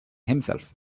himself